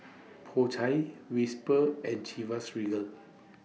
Po Chai Whisper and Chivas Regal